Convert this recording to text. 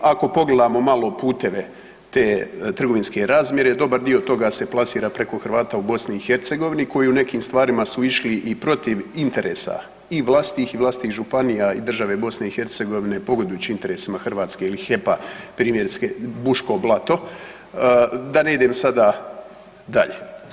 A ako pogledamo malo puteve te trgovinske razmjere dobar dio toga se plasira preko Hrvata u BiH koji u nekim stvarima su išli i protiv interesa i vlastitih i vlastitih županija i države BiH pogodujući interesima Hrvatske i HEP primjerice Buško blato da ne idem sada dalje.